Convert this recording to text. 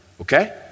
Okay